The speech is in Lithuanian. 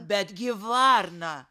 betgi varna